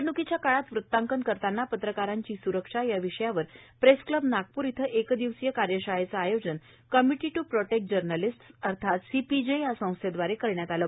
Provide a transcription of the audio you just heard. निवडणुकीच्या काळात वृत्तांकन करताना पत्रकारांची सुरक्षा या विशयावर प्रेस क्लब नागपूर इथं एक दिवसीय कार्यषाळेचे आयोजन कमिटी ट् प्रोटेक्ट जर्नालिस्ट्स अर्थात सीपीजे या संस्थेद्वारे करण्यात आलं